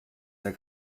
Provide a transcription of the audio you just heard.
der